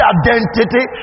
identity